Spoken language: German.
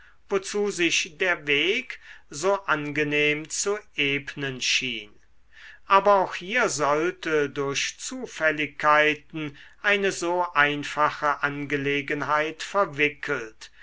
wozu sich der weg so angenehm zu ebnen schien aber auch hier sollte durch zufälligkeiten eine so einfache angelegenheit verwickelt